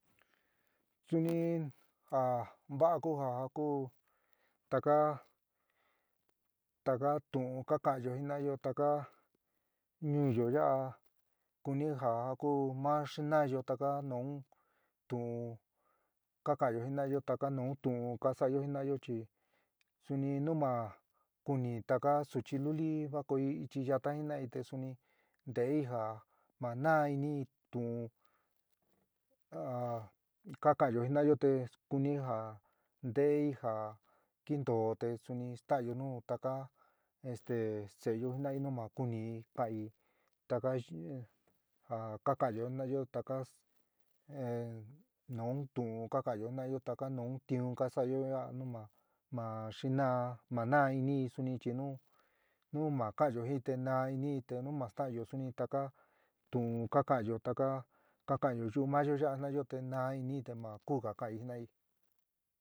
Suni ja va'a ku ja a ku taka taka tuún ka ka kanyo jina'ayo taka ñuúyo ya'a kuni ja a ku ma snaáyo taka nun tuún ka ka'anyo jina'ayo taka nun tuún ka sa'ayo jina'ayo chi suni nu ma kuni taka suchi luli vaikoy ichi yata jina'ai te suni nteí ja ma naá inɨí tu'ún ja ka ka'anyo jina'ayo te kuni ja nteɨ ja kinto te suni sta'ányo nu taka esté se'éyo jina'ai nu ma kunɨí kaan'í taka ja ka kaanyo jinaayo taka nu tuun ka kaanyo jinaayo taka nun tiuun ka saayo yaa nu ma ma xinaa ma naa inii suni chi nu nu ma kaanyo jinii te na inii te nu ma stanyo suni taka tuun ka kaanyo taka ka kaanyo yuu mayo yaa jinaayo te naa ini te ma kuga kaaii jinai.